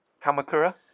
Kamakura